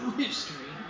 history